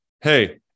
hey